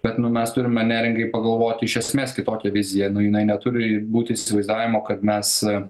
bet nu mes turime nerngai pagalvoti iš esmės kitokią viziją nu jinai neturi būti įsivaizdavimo kad mes